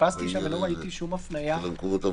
חיפשתי שם ולא ראיתי שום הפניה לאיזשהו